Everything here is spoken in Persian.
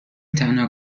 تنها